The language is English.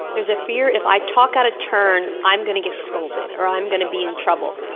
there's a fear if i talk out of turn i'm going to get scolded, or i'm going to be in trouble.